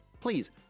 please